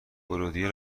ورودیه